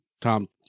Tom